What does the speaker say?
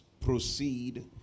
proceed